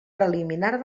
preliminar